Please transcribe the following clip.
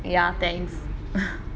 ya thanks